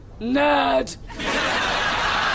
nerd